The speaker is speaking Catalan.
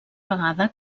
vegada